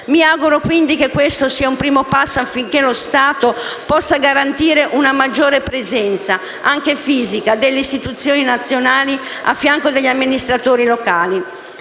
Mi auguro, quindi, che questo sia un primo passo affinché lo Stato possa garantire una maggiore presenza, anche fisica, delle istituzioni nazionali al fianco degli amministratori locali.